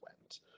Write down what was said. went